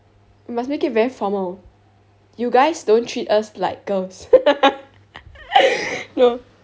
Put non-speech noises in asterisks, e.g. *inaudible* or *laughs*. must make it very formal you guys don't treat us like girls *laughs* no